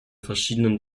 verschiedenen